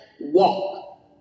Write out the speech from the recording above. walk